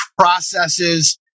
processes